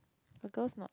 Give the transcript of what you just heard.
the girls not